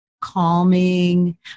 calming